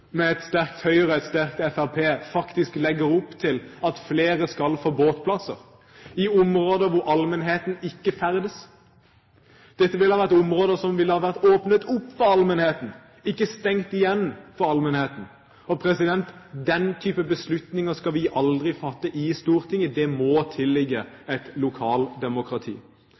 med et sterkt Høyre og et sterkt Fremskrittsparti, faktisk legger opp til at flere skal få båtplasser i områder hvor allmennheten ikke ferdes. Dette ville ha vært områder som ville ha vært åpnet opp for allmennheten, ikke stengt igjen for allmennheten. Den type beslutninger skal vi aldri fatte i Stortinget, det må tilligge et lokaldemokrati.